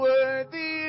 Worthy